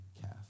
calf